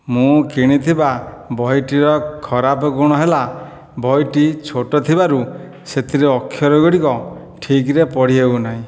ମୁଁ କିଣିଥିବା ବହିଟିର ଖରାପ ଗୁଣ ହେଲା ବହିଟି ଛୋଟ ଥିବାରୁ ସେଥିରେ ଅକ୍ଷର ଗୁଡ଼ିକ ଠିକ୍ରେ ପଢ଼ି ହେଉନାହିଁ